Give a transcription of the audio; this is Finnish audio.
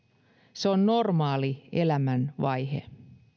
se on normaali elämänvaihe